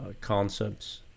concepts